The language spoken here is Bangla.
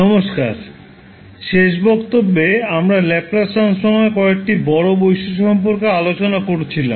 নমস্কার শেষ বক্তব্যে আমরা ল্যাপ্লাস ট্রান্সফর্মের কয়েকটি বড় বৈশিষ্ট্য সম্পর্কে আলোচনা করছিলাম